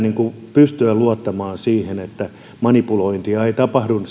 pystyä luottamaan siihen että manipulointia ei tapahdu